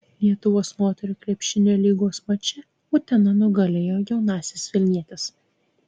lietuvos moterų krepšinio lygos mače utena nugalėjo jaunąsias vilnietes